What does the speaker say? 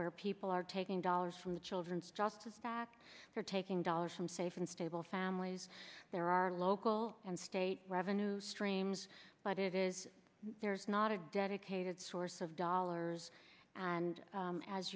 where people are taking dollars from the children stresses that they're taking dollars from safe and stable families there are local and state revenue streams but it is there's not a dedicated source of dollars and